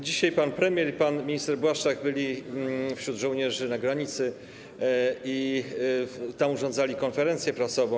Dzisiaj pan premier i pan minister Błaszczak byli wśród żołnierzy na granicy i tam urządzali konferencję prasową.